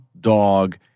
dog